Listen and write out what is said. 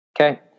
Okay